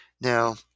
Now